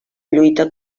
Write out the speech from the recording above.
lluita